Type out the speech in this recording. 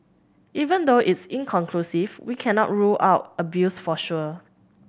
even though it's inconclusive we cannot rule out abuse for sure